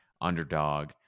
underdog